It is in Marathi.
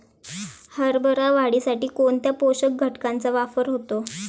हरभरा वाढीसाठी कोणत्या पोषक घटकांचे वापर होतो?